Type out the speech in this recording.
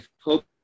hope